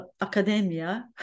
Academia